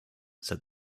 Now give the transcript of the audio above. said